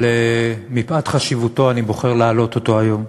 אבל מפאת חשיבותו אני בוחר להעלות אותו היום,